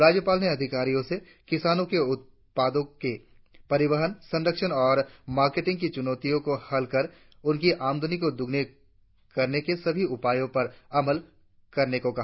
राज्यपाल ने अधिकारियों से किसानों के उत्पादों के परिवहन संरक्षण और मार्केटिंग की चूनौतियों को हल कर उनकी आमदनी को दोगुना करने के सभी उपायों पर अमल करने को कहा